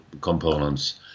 components